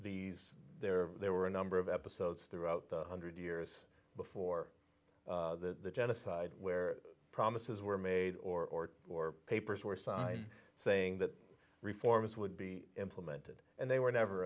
these there there were a number of episodes throughout the hundred years before the genocide where promises were made or or papers were signed saying that reforms would be implemented and they were never